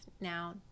now